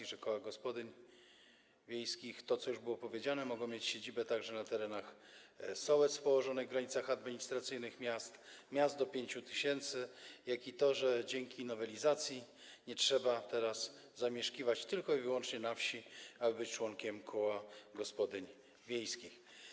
Chodzi o to, że koła gospodyń wiejskich, co już było powiedziane, mogą mieć siedzibę także na terenach sołectw położonych w granicach administracyjnych miast i miast do 5 tys., jak i o to, że dzięki nowelizacji teraz nie trzeba zamieszkiwać tylko i wyłącznie na wsi, aby być członkiem koła gospodyń wiejskich.